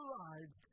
lives